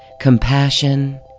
compassion